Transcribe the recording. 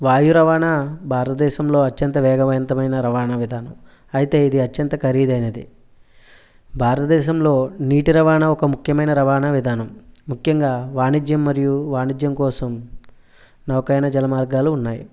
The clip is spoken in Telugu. వాయు రవాణా భారతదేశంలో అత్యంత వేగవంతమైన రవాణా విధానం అయితే ఇది అత్యంత ఖరీదు అయినది భారతదేశంలో నీటి రవాణా ఒక ముఖ్యమైన రవాణా విధానం ముఖ్యంగా వాణిజ్యం మరియు వాణిజ్యం కోసం నౌకయినా జల మార్గాలు ఉన్నాయి